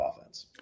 offense